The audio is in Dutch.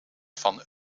van